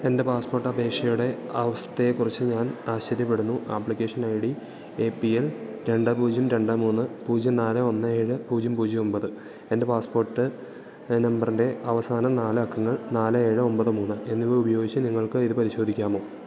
എൻ്റെ പാസ്പോർട്ട് അപേക്ഷയുടെ അവസ്ഥയെക്കുറിച്ച് ഞാൻ ആശ്ചര്യപ്പെടുന്നു application I D A P L രണ്ട് പൂജ്യം രണ്ട് മൂന്ന് പൂജ്യം നാല് ഒന്ന് ഏഴ് പൂജ്യം പൂജ്യം ഒമ്പത് എൻ്റെ പാസ്പോർട്ട് നമ്പറിൻ്റെ അവസാന നാലക്കങ്ങൾ നാല് ഏഴ് ഒമ്പത് മൂന്ന് എന്നിവ ഉപയോഗിച്ച് നിങ്ങൾക്ക് ഇതു പരിശോധിക്കാമോ